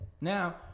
Now